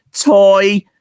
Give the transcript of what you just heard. Toy